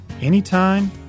Anytime